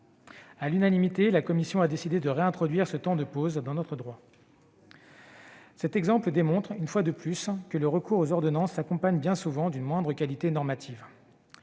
À l'unanimité, la commission a décidé de réintroduire ce temps de pause dans notre droit. Cet exemple démontre, une fois de plus, que le recours aux ordonnances s'accompagne bien souvent d'une moindre qualité normative.